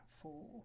four